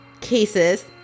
cases